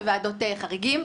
וועדות חריגים.